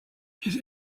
his